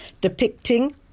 depicting